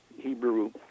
Hebrew